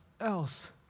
else